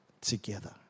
together